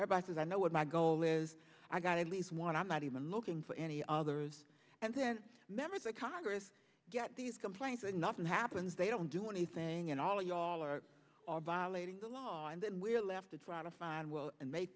by says i know what my goal is i got at least one i'm not even looking for any others and then members of congress get these complaints and nothing happens they don't do anything and all you all are are violating the law and then we're left to try to find well